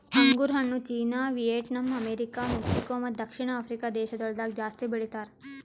ಅಂಗುರ್ ಹಣ್ಣು China, Vietnam, America, Mexico ಮತ್ತ ದಕ್ಷಿಣ ಆಫ್ರಿಕಾ ದೇಶಗೊಳ್ದಾಗ್ ಜಾಸ್ತಿ ಬೆಳಿತಾರ್